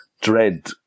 Dread